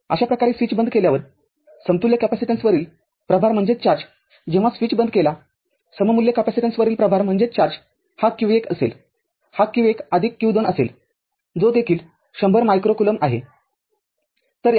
अशा प्रकारे स्विच बंद केल्यावरसममूल्य कॅपेसिटन्सवरील प्रभार जेव्हा स्विच बंद केला सममूल्य कॅपेसिटन्सवरील प्रभार हा q१ असेल हा q १ q २ असेल जो देखील १०० मायक्रो कुलोम आहे